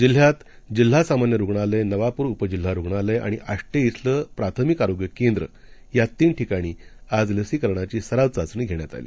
जिल्ह्यातजिल्हासामांन्यरुग्णालय नवापूरउपजिल्हारुग्णालयआणिआष्टेइथलंप्राथमिकआरोग्यकेंद्र यातीनठिकाणीआजलसीकरणाचीसरावचाचणीघेण्यातआली